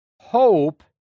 Hope